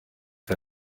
her